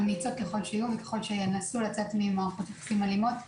אמיצות ככל שיהיו וככל שינסו לצאת ממערכות יחסים אלימות,